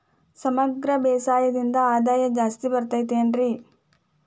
ಸಮಗ್ರ ಬೇಸಾಯದಿಂದ ಆದಾಯ ಜಾಸ್ತಿ ಬರತೈತೇನ್ರಿ?